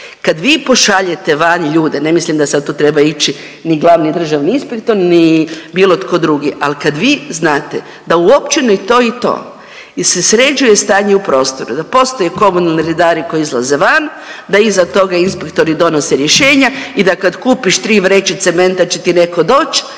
Kad vi pošaljete van ljude, ne mislim da sad tu treba ići ni glavni državni inspektor, ni bilo tko drugi, ali kad vi znate da u općini toj i to se sređuje stanje u prostoru, da postoje komunalni redari koji izlaze van, da iza toga inspektori donose rješenja i da kad kupiš tri vreće cementa će ti netko doći,